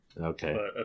Okay